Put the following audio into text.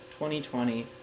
2020